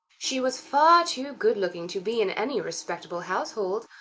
she was far too good-looking to be in any respectable household.